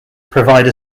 provide